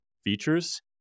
Features